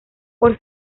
por